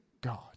God